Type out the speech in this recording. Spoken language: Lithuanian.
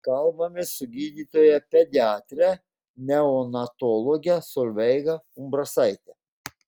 kalbamės su gydytoja pediatre neonatologe solveiga umbrasaite